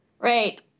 Right